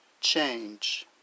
change